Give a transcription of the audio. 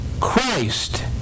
Christ